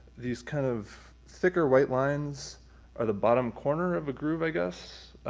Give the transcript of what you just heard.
these kind of thicker white lines are the bottom corner of a groove, i guess.